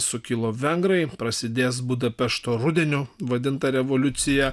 sukilo vengrai prasidės budapešto rudeniu vadinta revoliucija